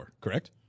correct